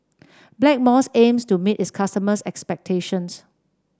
Blackmores aims to meet its customers' expectations